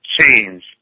change